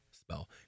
spell